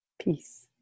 peace